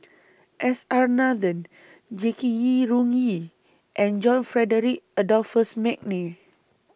S R Nathan Jackie Yi Ru Ying and John Frederick Adolphus Mcnair